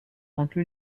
inclut